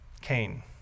Cain